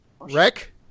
Wreck